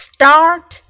Start